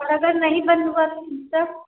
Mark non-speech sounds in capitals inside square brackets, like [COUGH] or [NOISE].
और अगर नहीं बंद हुआ था तो [UNINTELLIGIBLE]